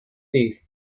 değil